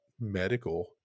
medical